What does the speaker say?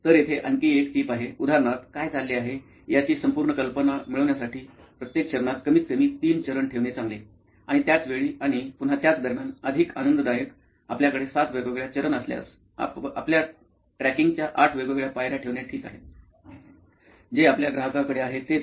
तर येथे आणखी एक टीप आहे उदाहरणार्थ काय चालले आहे याची संपूर्ण कल्पना मिळवण्यासाठी प्रत्येक चरणात कमीतकमी तीन चरण ठेवणे चांगले आणि त्याच वेळी आणि पुन्हा त्याच दरम्यान अधिक आनंददायक आपल्याकडे सात वेगवेगळ्या चरण असल्यास आपल्या ट्रॅकिंगच्या आठ वेगवेगळ्या पायऱ्या ठेवणे ठीक आहे जे आपल्या ग्राहकाकडे आहे तेच आहे